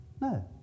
No